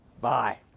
Bye